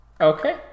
Okay